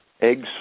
Eggs